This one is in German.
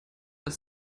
als